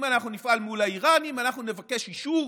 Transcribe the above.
אם אנחנו נפעל מול האיראנים אנחנו נבקש אישור,